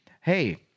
Hey